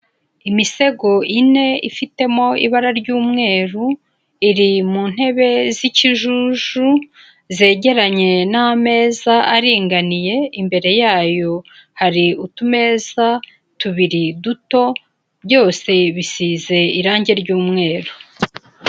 Imisego ine ifitemo ibara ry'umweru, iri mu ntebe z'ikijuju zegeranye n'ameza aringaniye, imbere yayo hari utumeza tubiri duto, byose bisize irange ry'umweru.